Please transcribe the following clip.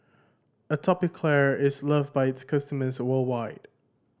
Atopiclair is loved by its customers worldwide